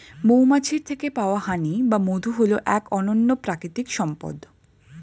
মৌমাছির থেকে পাওয়া হানি বা মধু হল এক অনন্য প্রাকৃতিক সম্পদ